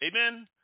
Amen